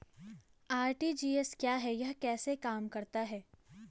RTGS क्या है यह कैसे काम करता है?